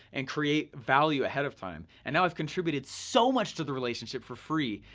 and create value ahead of time. and now i've contributed so much to the relationship for free,